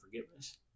forgiveness